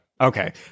Okay